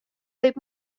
võib